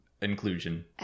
inclusion